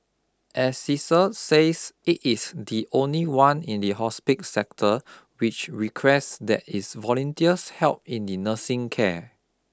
Assisi says it is the only one in the hospik sector which requests that its volunteers help in nursing care